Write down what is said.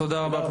תודה רבה.